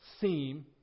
seem